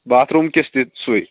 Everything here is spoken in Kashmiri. باتھروٗم کِس تہِ سُے